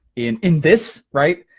in in this, right.